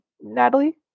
natalie